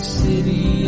city